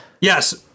yes